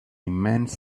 immense